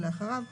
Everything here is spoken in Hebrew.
או לאחריו,